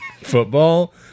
football